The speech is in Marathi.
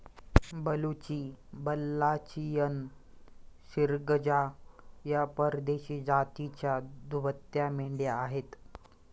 बलुची, बल्लाचियन, सिर्गजा या परदेशी जातीच्या दुभत्या मेंढ्या आहेत